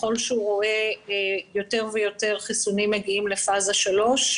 ככל שהוא רואה יותר ויותר חיסונים מגיעים לפאזה 3,